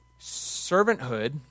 servanthood